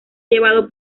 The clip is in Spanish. llevado